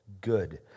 good